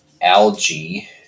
algae